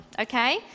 okay